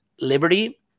liberty